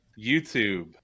YouTube